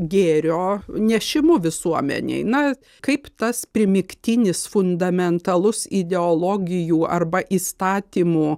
gėrio nešimu visuomenei na kaip tas primygtinis fundamentalus ideologijų arba įstatymų